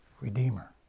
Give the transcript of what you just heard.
Redeemer